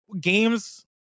games